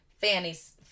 Fanny's